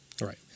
Right